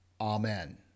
Amen